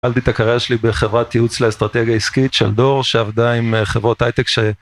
התחלתי את הקריירה שלי בחברת ייעוץ לאסטרטגיה עסקית שלדור שעבדה עם חברות הייטק ש...